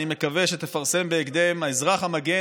אני מקווה שתפרסם בהקדם שהאזרח המגן,